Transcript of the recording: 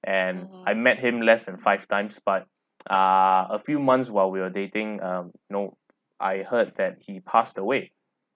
and I met him less than five times but ah a few months while we're dating um know I heard that he passed away